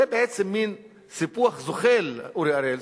זה בעצם מין סיפוח זוחל, אורי אריאל.